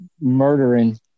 murdering